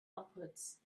upwards